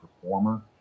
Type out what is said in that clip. performer